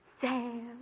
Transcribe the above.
Sam